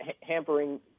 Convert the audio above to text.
hampering